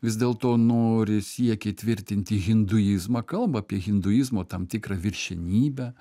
vis dėlto nori siekia įtvirtinti hinduizmą kalba apie hinduizmo tam tikrą viršenybę